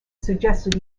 suggested